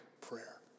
prayer